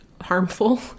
harmful